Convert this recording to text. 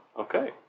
Okay